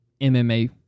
MMA